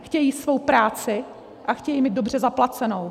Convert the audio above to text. Chtějí svou práci a chtějí ji mít dobře zaplacenou.